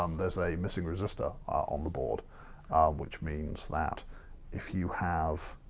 um there's a missing resistor on the board which means that if you have,